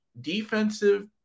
defensive